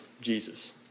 Jesus